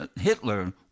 Hitler